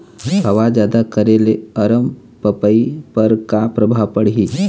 हवा जादा करे ले अरमपपई पर का परभाव पड़िही?